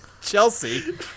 Chelsea